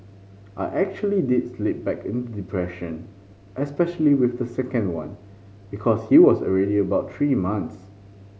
I actually did slip back into depression especially with the second one because he was already about three months